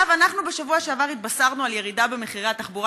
בשבוע שעבר התבשרנו על ירידה במחירי התחבורה